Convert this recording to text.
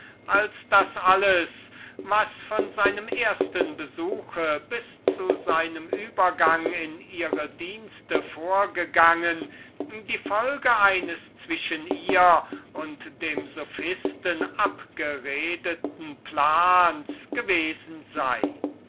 vorkam daß alles was bei dem ersten besuche den er ihr mit hippias gemacht bis zu seinem übergang in ihre dienste vorgegangen die folgen eines zwischen ihr und dem sophisten abgeredeten plans gewesen seien